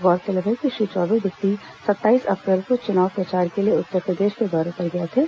गौरतलब है कि श्री चौबे बीती सत्ताईस अप्रैल को चुनाव प्रचार के लिए उत्तरप्रदेश के दौरे पर गए थे